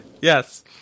Yes